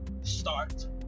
start